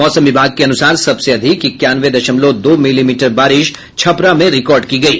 मौसम विभाग के अनुसार सबसे अधिक इक्यानवे दशमलव दो मिलीमीटर बारिश छपरा में रिकॉर्ड की गयी